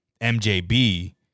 MJB